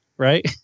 Right